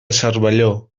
cervelló